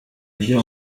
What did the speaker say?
byo